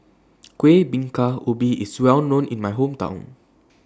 Kuih Bingka Ubi IS Well known in My Hometown